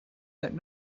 that